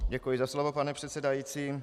Děkuji za slovo, pane předsedající.